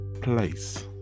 place